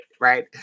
Right